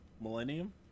Millennium